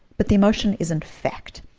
but the emotion isn't fact.